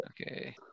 okay